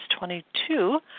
22